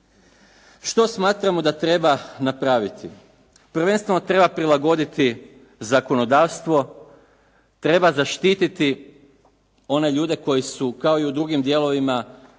Što smatramo da treba napraviti? Prvenstveno treba prilagoditi zakonodavstvo, treba zaštiti one ljude koji su kao i u drugim dijelovima,